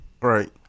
right